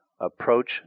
approach